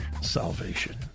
salvation